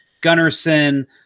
Gunnarsson